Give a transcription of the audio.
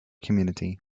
community